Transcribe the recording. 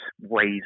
ways